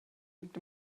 liegt